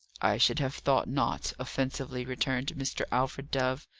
i should have thought not, offensively returned mr. alfred dove.